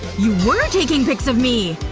you were taking pics of me!